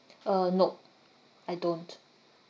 uh nope I don't